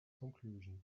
conclusion